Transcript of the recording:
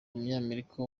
umunyamerika